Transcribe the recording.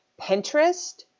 Pinterest